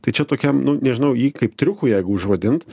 tai čia tokiam nu nežinau jį kaip triuku jeigu užvadint